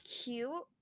cute